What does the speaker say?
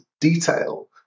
detail